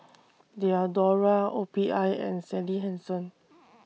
Diadora O P I and Sally Hansen